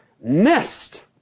missed